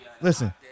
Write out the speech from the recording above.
listen